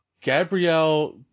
Gabrielle